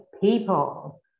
people